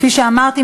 כפי שאמרתי,